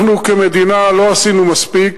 אנחנו, כמדינה, לא עשינו מספיק.